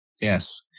Yes